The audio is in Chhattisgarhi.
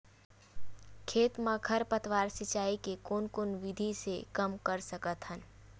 खेत म खरपतवार सिंचाई के कोन विधि से कम कर सकथन?